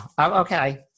Okay